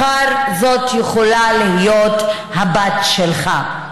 מחר זאת יכולה להיות הבת שלך.